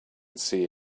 see